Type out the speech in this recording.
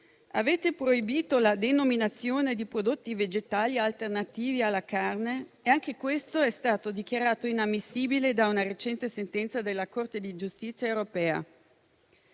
Avete proibito la rinominazione di prodotti vegetali alternativi alla carne, e anche questo è stato dichiarato inammissibile da una recente sentenza della Corte di giustizia europea.